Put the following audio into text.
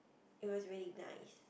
it was really nice